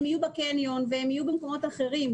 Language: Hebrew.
הם יהיו בקניון ובמקומות אחרים,